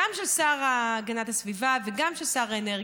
גם של השר להגנת הסביבה וגם של שר האנרגיה.